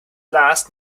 last